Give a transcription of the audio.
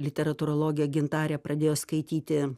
literatūrologė gintarė pradėjo skaityti